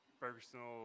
personal